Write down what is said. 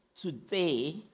today